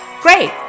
Great